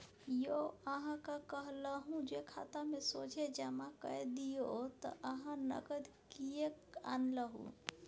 यौ अहाँक कहलहु जे खातामे सोझे जमा कए दियौ त अहाँ नगद किएक आनलहुँ